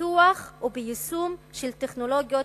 בפיתוח וביישום של טכנולוגיות